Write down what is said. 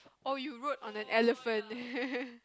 oh you rode on an elephant